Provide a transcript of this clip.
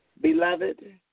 Beloved